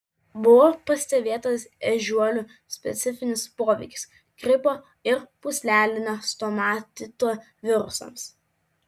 buvo pastebėtas ežiuolių specifinis poveikis gripo ir pūslelinio stomatito virusams